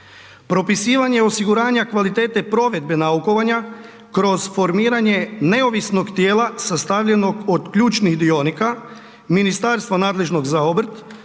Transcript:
Propisivanje osiguranja kvalitete provedbe naukovanja kroz formiranje neovisnog tijela sastavljenog od ključnih dionika Ministarstva nadležnog za obrt,